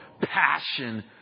passion